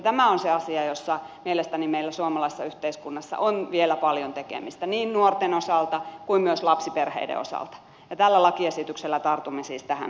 tämä on se asia jossa mielestäni meillä suomalaisessa yhteiskunnassa on vielä paljon tekemistä niin nuorten osalta kuin myös lapsiperheiden osalta ja tällä lakiesityksellä tartumme siis tähän haasteeseen